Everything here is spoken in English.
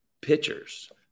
pitchers